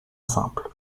simple